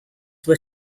were